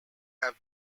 have